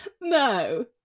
No